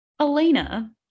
Elena